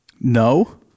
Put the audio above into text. No